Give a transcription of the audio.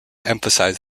emphasized